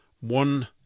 one